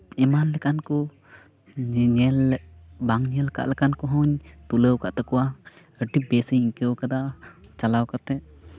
ᱮᱢᱟᱱ ᱞᱮᱠᱟᱱ ᱠᱚ ᱧᱮᱧᱮᱞ ᱵᱟᱝ ᱧᱮᱞ ᱟᱠᱟᱫ ᱞᱮᱠᱟᱱ ᱠᱚᱦᱚᱧ ᱛᱩᱞᱟᱹᱣ ᱟᱠᱟᱫ ᱛᱟᱠᱚᱣᱟ ᱟᱹᱰᱤ ᱵᱮᱥᱤᱧ ᱟᱭᱹᱠᱟᱹᱣ ᱠᱟᱫᱟ ᱪᱟᱞᱟᱣ ᱠᱟᱛᱮᱫ